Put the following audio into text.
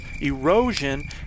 erosion